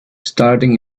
starting